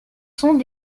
sont